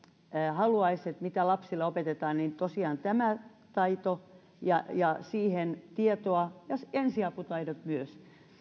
haluaisi mitä lapsille opetetaan niin tosiaan tämä taito ja ja siihen tietoa ja ensiaputaidot myös